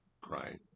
crying